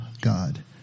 God